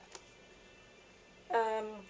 um